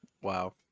Wow